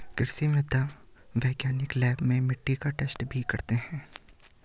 कृषि मृदा वैज्ञानिक लैब में मिट्टी का टैस्ट भी करते हैं